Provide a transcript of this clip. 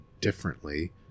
differently